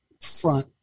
front